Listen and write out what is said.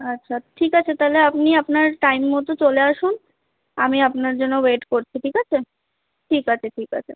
আচ্ছা ঠিক আছে তাহলে আপনি আপনার টাইম মতো চলে আসুন আমি আপনার জন্য ওয়েট করছি ঠিক আছে ঠিক আছে ঠিক আছে